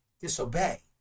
disobey